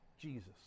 Jesus